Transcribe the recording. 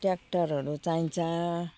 ट्र्याक्टरहरू चाहिन्छ